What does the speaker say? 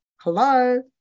hello